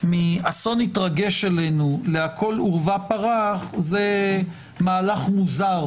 מאסון התרגש עלינו להכול עורבא פרח, זה מהלך מוזר.